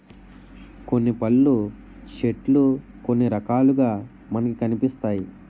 కొన్ని పళ్ళు చెట్లు కొన్ని రకాలుగా మనకి కనిపిస్తాయి